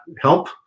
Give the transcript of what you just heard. help